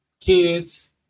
kids